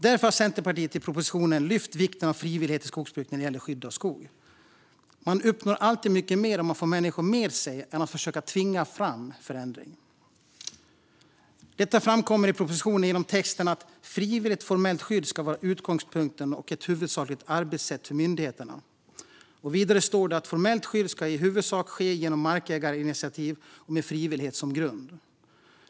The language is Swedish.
Därför har Centerpartiet i propositionen lyft fram vikten av frivillighet i skogsbruket när det gäller skydd av skog. Man uppnår alltid mycket mer om man får människor med sig än genom att försöka tvinga fram förändring. Detta framkommer i propositionen genom skrivningen att frivilligt formellt skydd ska vara utgångspunkten och ett huvudsakligt arbetssätt för myndigheterna. Vidare står det att formellt skydd i huvudsak ska ske genom markägarinitiativ och med frivillighet som grund.